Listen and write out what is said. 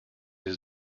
his